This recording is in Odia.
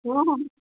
ହଁ ହଁ